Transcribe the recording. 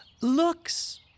looks